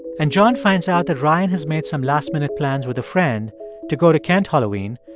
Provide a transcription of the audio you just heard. and john finds out that ryan has made some last-minute plans with a friend to go to kent halloween,